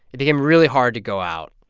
it became really hard to go out